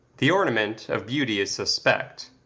the ornament of beauty is suspect,